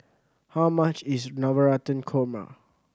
how much is Navratan Korma